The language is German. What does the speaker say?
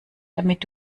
damit